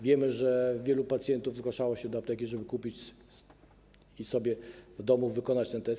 Wiemy, że wielu pacjentów zgłaszało się do apteki, żeby kupić sobie i w domu wykonać test.